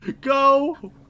Go